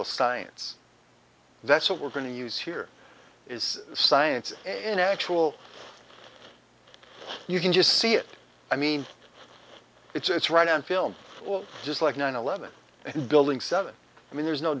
the science that's what we're going to use here is science in actual you can just see it i mean it's right on film just like nine eleven and building seven i mean there's no